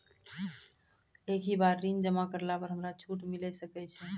एक ही बार ऋण जमा करला पर हमरा छूट मिले सकय छै?